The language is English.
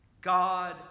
God